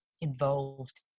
involved